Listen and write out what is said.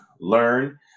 learn